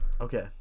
Okay